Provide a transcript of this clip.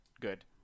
good